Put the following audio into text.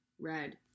red